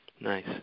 Nice